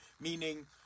meaning